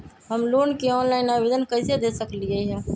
हम लोन के ऑनलाइन आवेदन कईसे दे सकलई ह?